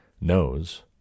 knows